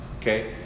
okay